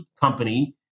company